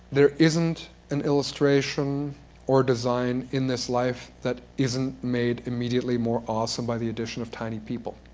there isn't an illustration or design in this life that isn't made immediately more awesome by the addition of tiny people.